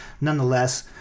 nonetheless